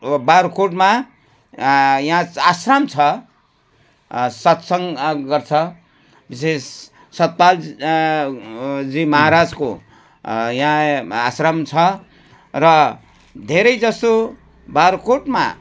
बाग्रोकोटमा यहाँ आश्रम छ सत्सङ्ग गर्छ विशेष सतपाल जी महाराजको यहाँ आश्रम छ र धेरै जसो बाग्राकोटमा